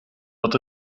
dat